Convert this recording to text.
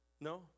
No